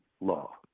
law